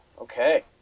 okay